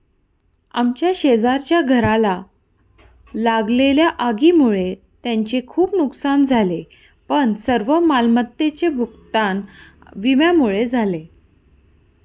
आमच्या शेजारच्या घराला लागलेल्या आगीमुळे त्यांचे खूप नुकसान झाले पण सर्व मालमत्तेचे भूगतान विम्यामुळे झाले